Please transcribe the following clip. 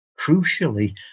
crucially